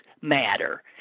Matter